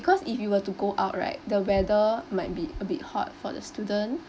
because if you were to go out right the weather might be a bit hot for the student